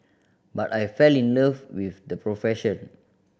but I fell in love with the profession